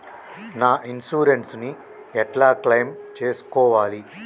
నా ఇన్సూరెన్స్ ని ఎట్ల క్లెయిమ్ చేస్కోవాలి?